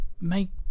make